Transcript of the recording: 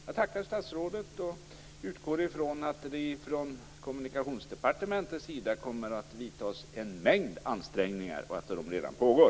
Jag tackar statsrådet och utgår från att man på Kommunikationsdepartementet kommer att vidta en mängd ansträngningar och att detta redan pågår.